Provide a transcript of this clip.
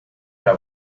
para